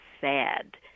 sad